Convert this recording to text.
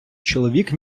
чоловік